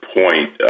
point